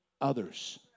others